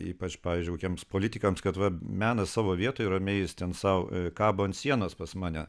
ypač pavyzdžiui kokiems politikams kad va menas savo vietoj ramiai jis ten sau kabo ant sienos pas mane